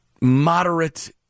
moderate